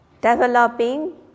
developing